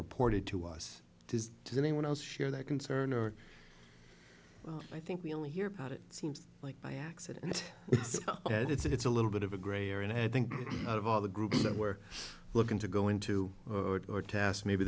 reported to us to anyone else share that concern or well i think we only hear about it seems like by accident it's had it's a little bit of a gray or and i think out of all the groups that we're looking to go into or task maybe